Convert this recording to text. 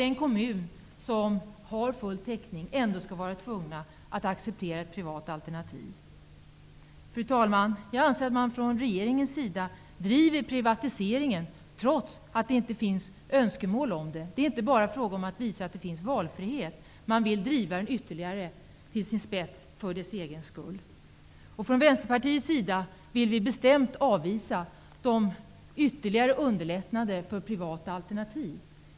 Den kommun som har full behovstäckning skall ändå vara tvungen att acceptera ett privat alternativ. Fru talman! Jag anser att regeringen driver privatiseringen trots att det inte finns några önskemål om det. Det är inte bara fråga om att visa att det finns valfrihet. Man vill driva valfriheten till sin spets för dess egen skull. Från Vänsterpartiets sida vill vi bestämt avvisa de förslag för att ytterligare underlätta för privata alternativ som läggs fram.